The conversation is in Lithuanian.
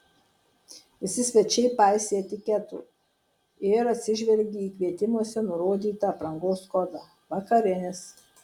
visi svečiai paisė etiketo ir atsižvelgė į kvietimuose nurodytą aprangos kodą vakarinis